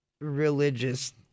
religious